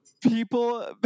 People